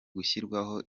gushyirwaho